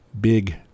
big